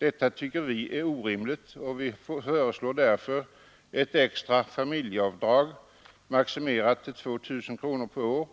Detta tycker vi är orimligt, och vi föreslår därför att ett extra familjeavdrag, maximerat till 2 000 kronor per år,